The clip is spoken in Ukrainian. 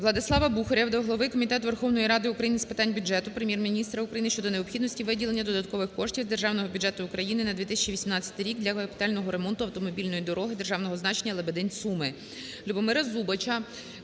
ВладиславаБухарєва до голови Комітету Верховної Ради України з питань бюджету, Прем'єр-міністра України щодо необхідності виділення додаткових коштів з Державного бюджету України на 2018 рік для капітального ремонту автомобільної дороги державного значення Лебедин - Суми.